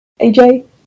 AJ